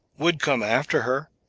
would come after her,